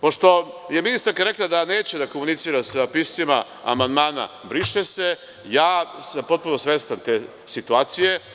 Pošto je ministarka rekla da neće da komunicira sa piscima amandmana briše se, ja sam potpuno svestan te situacije.